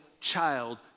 child